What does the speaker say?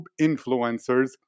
influencers